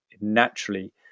naturally